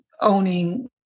owning